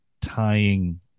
tying